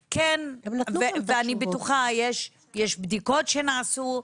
ובטוחה שכן יש בדיקות שנעשו,